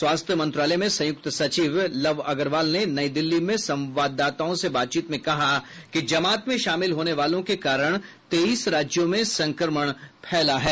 स्वास्थ्य मंत्रालय में संयुक्त सचिव लव अग्रवाल ने नई दिल्ली में संवाददाताओं से बातचीत में कहा कि जमात में शामिल होने वालों के कारण तेईस राज्यों में संक्रमण फैला है